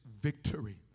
victory